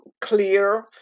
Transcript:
clear